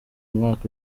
umwaka